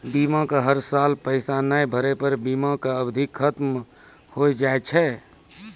बीमा के हर साल पैसा ना भरे पर बीमा के अवधि खत्म हो हाव हाय?